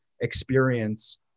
experience